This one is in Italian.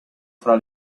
fra